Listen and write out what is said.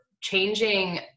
changing